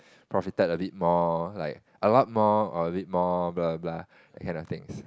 profited a bit more like a lot more or a bit more blah blah blah that kind of things